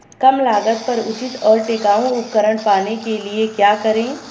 कम लागत पर उचित और टिकाऊ उपकरण पाने के लिए क्या करें?